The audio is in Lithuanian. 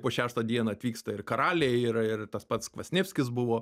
po šeštą dieną atvyksta ir karaliai ir ir tas pats kvasnevskis buvo